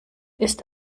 ist